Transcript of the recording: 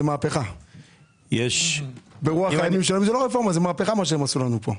זה מהפכה מה שעשו לנו פה,